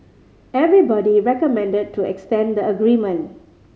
everybody recommended to extend the agreement